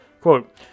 Quote